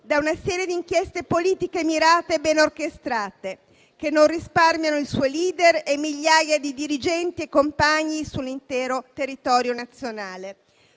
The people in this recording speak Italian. da una serie di inchieste politiche mirate e ben orchestrate, che non risparmiano il suo *leader* e migliaia di dirigenti e compagni sull'intero territorio nazionale.